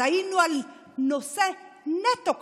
אז היינו על נושא נטו כלכלי,